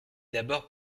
d’abord